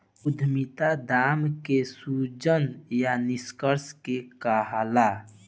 उद्यमिता दाम के सृजन या निष्कर्सन के कहाला